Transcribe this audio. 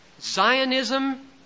Zionism